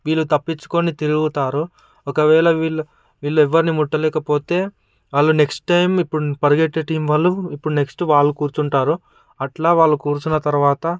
వీళ్ళు తప్పించుకొని తిరుగుతారు ఒకవేళ వీళ్ళు వీళ్ళు ఎవ్వరిని ముట్ట లేకపోతే వాళ్ళు నెక్స్ట్ టైం ఇప్పుడు పరిగెత్తే టీం వాళ్ళు ఇప్పుడు నెక్స్ట్ వాళ్లు కూర్చుంటారు అట్లా వాళ్ళు కూర్చున్న తర్వాత